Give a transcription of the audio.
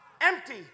Empty